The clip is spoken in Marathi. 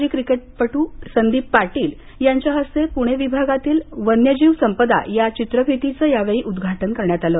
माजी क्रिकेटपट्र संदीप पाटील यांच्या हस्ते पुणे विभागातील वन्यजीव संपदा या चित्रफितीचं यावेळी उद्घाटन करण्यात आलं